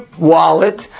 wallet